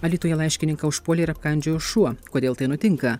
alytuje laiškininką užpuolė ir apkandžiojo šuo kodėl tai nutinka